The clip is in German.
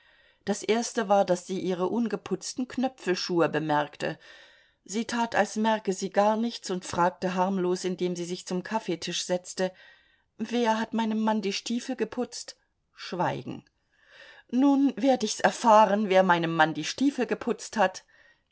das erste war daß sie ihre ungeputzten knöpfelschuhe bemerkte sie tat als merke sie gar nichts und fragte harmlos indem sie sich zum kaffeetisch setzte wer hat meinem mann die stiefel geputzt schweigen na werd ich's erfahren wer meinem mann die stiefel geputzt hat